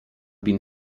been